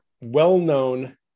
well-known